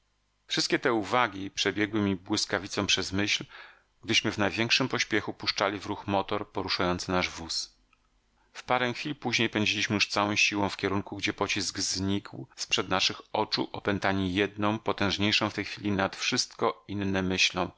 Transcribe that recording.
wszystkie te uwagi przebiegły mi błyskawicą przez myśl gdyśmy w największym pośpiechu puszczali w ruch motor poruszający nasz wóz w parę chwil później pędziliśmy już całą siłą w kierunku gdzie pocisk znikł z przed naszych oczu opętani jedną potężniejszą w tej chwili nad wszystko inne myślą